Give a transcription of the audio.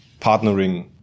partnering